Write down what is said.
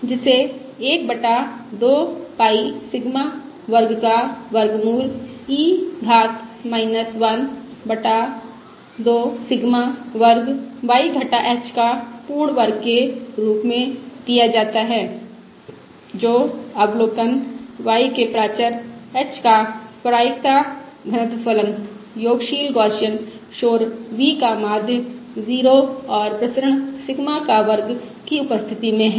जिसे 1 बटा 2 pi sigma वर्ग का वर्गमूल e घात 1 बटा 2 सिग्मा वर्ग y घटा h का पूर्ण वर्ग के रूप में दिया जाता है जो अवलोकन y के प्राचर h का प्रायिकता घनत्व फलन योगात्मक गौसियन शोर v का माध्य 0 और प्रसरण सिग्मा का वर्ग की उपस्थिति में है